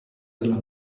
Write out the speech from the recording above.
della